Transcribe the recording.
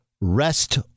rest